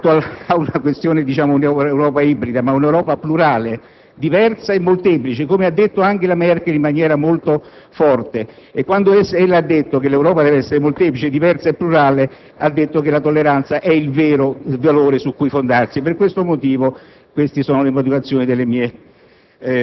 puntano invece non tanto a un'Europa ibrida ma ad un'Europa plurale, diversa e molteplice, come ha detto anche la Merkel, in maniera molto forte; e quando ella ha affermato che l'Europa dev'essere molteplice, diversa e plurale ha detto che la tolleranza è il vero valore su cui fondarsi. Queste sono le motivazioni del mio